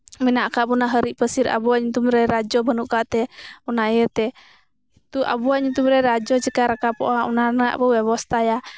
ᱢᱮᱱᱟᱜ ᱟᱠᱟᱫ ᱵᱚᱱᱟ ᱦᱤᱨᱤᱡ ᱯᱟᱹᱥᱤᱨ ᱟᱵᱚᱣᱟᱜ ᱧᱩᱛᱩᱢ ᱨᱮ ᱨᱟᱡᱽᱡᱚ ᱵᱟᱹᱱᱩᱜ ᱟᱠᱟᱫ ᱛᱮ ᱚᱱᱟ ᱤᱭᱟᱹᱛᱮ ᱛᱚ ᱟᱵᱚᱣᱟᱜ ᱧᱩᱛᱩᱢ ᱨᱮ ᱨᱟᱡᱽᱡᱚ ᱪᱤᱠᱟ ᱨᱟᱠᱟᱵᱚᱜᱼᱟ ᱚᱱᱟ ᱨᱮᱱᱟᱜ ᱵᱚ ᱵᱮᱵᱚᱥᱛᱟᱭᱟ